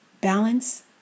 Balance